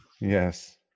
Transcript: yes